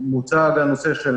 מוצג גם הנושא של